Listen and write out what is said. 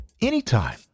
Anytime